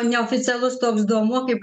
neoficialus toks domuo kaip